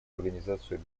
организацию